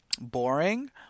boring